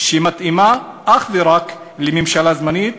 שמתאימה אך ורק לממשלה זמנית,